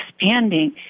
expanding